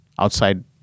outside